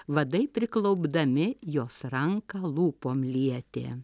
vadai priklaupdami jos ranką lūpom lietė